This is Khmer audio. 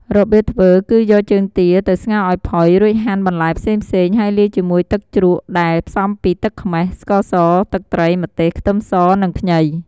របៀបធ្វើគឺយកជើងទាទៅស្ងោរឱ្យផុយ រួចហាន់បន្លែផ្សេងៗ ហើយលាយជាមួយទឹកជ្រក់ដែលផ្សំពីទឹកខ្មេះ, ស្ករស, ទឹកត្រី, ម្ទេស, ខ្ទឹមស និងខ្ញី។